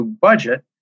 budget